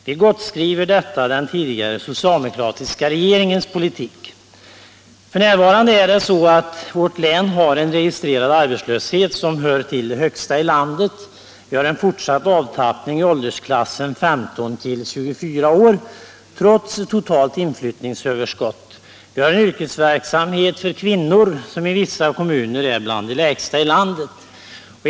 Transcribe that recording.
Vi gottskriver detta den tidigare socialdemokratiska regeringens politik. F.n. har vårt län en registrerad arbetslöshet som hör till de högsta i landet. — Vi har en fortsatt avtappning i åldersklassen 15-24 år trots totalt inflyttningsöverskott.- Vi har en yrkesverksamhet för kvinnor som i vissa kommuner är bland de lägsta i landet.